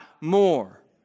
more